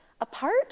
Apart